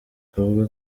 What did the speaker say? avuga